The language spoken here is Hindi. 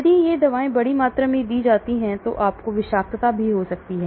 यदि ये दवाएं बड़ी मात्रा में दी जाती हैं तो आपको विषाक्तता भी हो सकती है